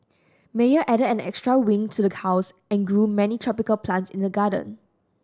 Meyer added an extra wing to the house and grew many tropical plants in the garden